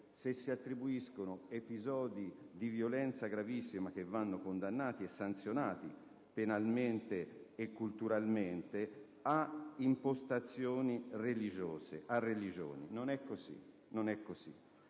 vero, attribuire episodi di violenza gravissimi, che vanno condannati e sanzionati penalmente e culturalmente, ad impostazioni religiose, alla religione; non è così.